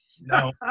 No